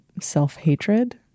self-hatred